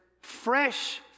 fresh